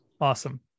Awesome